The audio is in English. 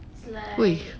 !oi!